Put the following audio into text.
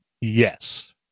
Yes